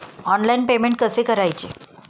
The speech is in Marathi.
ऑनलाइन पेमेंट कसे करायचे?